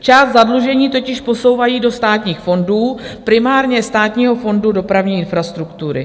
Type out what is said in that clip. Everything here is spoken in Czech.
Část zadlužení totiž posouvají do státních fondů, primárně Státního fondu dopravní infrastruktury.